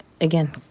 again